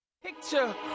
picture